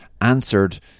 answered